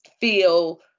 feel